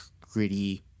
gritty